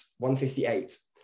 158